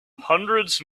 hundreds